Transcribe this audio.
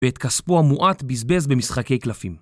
ואת כספו המועט בזבז במשחקי קלפים.